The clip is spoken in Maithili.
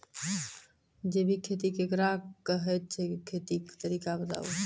जैबिक खेती केकरा कहैत छै, खेतीक तरीका बताऊ?